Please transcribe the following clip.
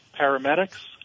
paramedics